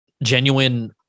Genuine